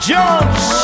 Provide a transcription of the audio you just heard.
Jones